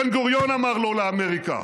בן-גוריון אמר לא לאמריקה